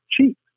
cheap